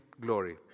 glory